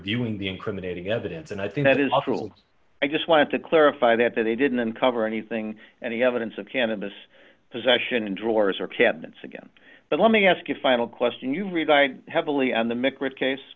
viewing the incriminating evidence and i think that is possible i just want to clarify that that they didn't uncover anything any evidence of cannabis possession in drawers or cabinets again but let me ask a final question you rely heavily on the